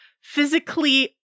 physically